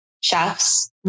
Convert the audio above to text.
chefs